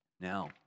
Now